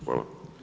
Hvala.